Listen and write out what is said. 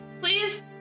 please